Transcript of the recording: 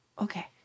okay